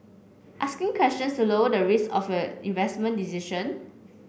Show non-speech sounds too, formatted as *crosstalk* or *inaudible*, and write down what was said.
asking questions to lower the risk of *unintelligible* investment decision